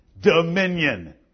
Dominion